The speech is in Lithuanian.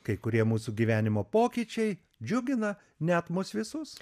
kai kurie mūsų gyvenimo pokyčiai džiugina net mus visus